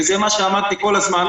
זה מה שאמרתי כל הזמן,